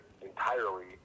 entirely